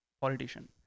politician